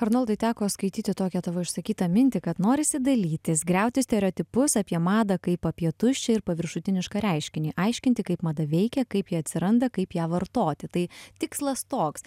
arnoldai teko skaityti tokią tavo išsakytą mintį kad norisi dalytis griauti stereotipus apie madą kaip apie tuščią ir paviršutinišką reiškinį aiškinti kaip mada veikia kaip ji atsiranda kaip ją vartoti tai tikslas toks